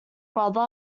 brother